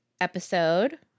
episode